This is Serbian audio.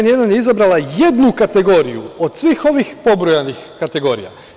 N1“ je izabrala jednu kategoriju od svih ovih pobrojanih kategorija.